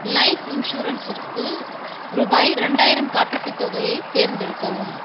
life இன்சூரன்ஸிற்கு ரூபாய் ரெண்டாயிரம் காப்பீட்டுத் தொகையை தேர்ந்தெடுக்கவும்